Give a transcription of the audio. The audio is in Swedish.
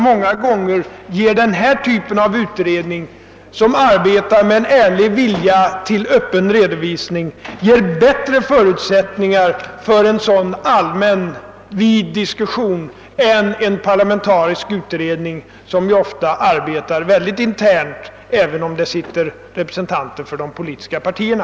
Många gånger ger denna typ av utredning, som arbetar med en ärlig vilja till öppen redovisning, bättre förutsättningar för en allmän, vid diskussion än en parlamentarisk utredning som ofta arbetar mycket internt, även om i den ingår representanter för de politiska partierna.